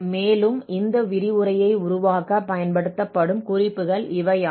மேலும் இந்த விரிவுரையைத் உருவாக்கப் பயன்படுத்தப்படும் குறிப்புகள் இவையாகும்